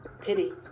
Pity